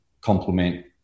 complement